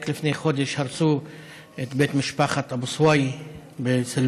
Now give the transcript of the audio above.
רק לפני חודש הרסו את בית משפחת אבו סוואי בסלוואן.